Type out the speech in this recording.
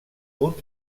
punt